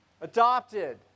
Adopted